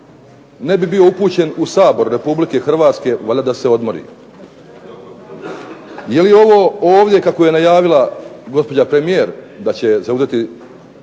ne bi bio upućen u Sabor Republike Hrvatske, valjda da se odmori. Je li ovo ovdje kako je najavila gospođa premijer da će zauzeti